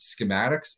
schematics